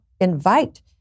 invite